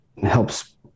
helps